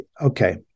okay